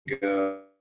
go